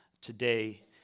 today